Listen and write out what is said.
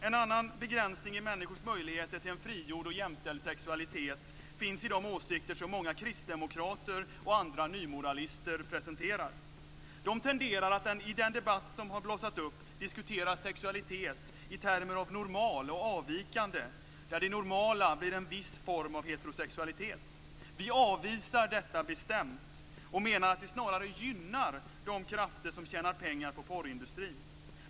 En annan begränsning i människors möjligheter till en frigjord och jämställd sexualitet finns i de åsikter som många kristdemokrater och andra nymoralister presenterar. De tenderar att i den debatt som har blossat upp diskutera sexualitet i termer av normal och avvikande, där det normala blir en viss form av heterosexualitet. Vi avvisar detta bestämt, och vi menar att det snarare gynnar de krafter som tjänar pengar på porrindustrin.